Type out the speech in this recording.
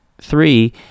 three